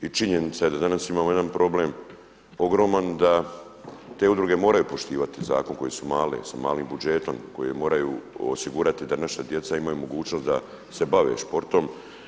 I činjenica je da danas imamo jedan problem ogroman da te udruge moraju poštivati zakon koje su male, sa malim budžetom koje moraju osigurati da naša djeca imaju mogućnost da se bave sportom.